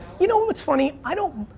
you know, it's funny. i don't,